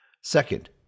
Second